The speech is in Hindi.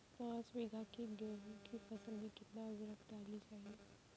पाँच बीघा की गेहूँ की फसल में कितनी उर्वरक डालनी चाहिए?